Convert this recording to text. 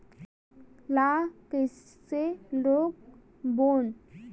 ला कइसे रोक बोन?